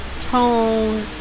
tone